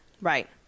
right